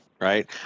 right